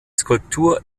skulptur